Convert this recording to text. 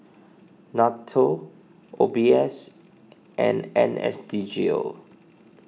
Nato O B S and N S D G O